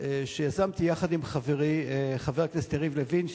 שיזמתי יחד עם חברי חבר הכנסת יריב לוין,